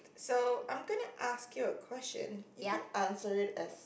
so I'm gonna ask you a question you can answer it as